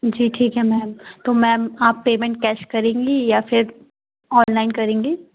जी ठीक है मैम तो मैम आप पेमेंट कैश करेंगी या फिर ऑनलाइन करेंगी